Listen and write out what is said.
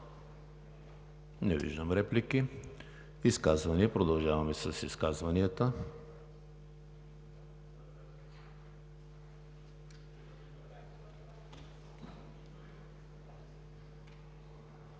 Не виждам. Продължаваме с изказванията.